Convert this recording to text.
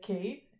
Kate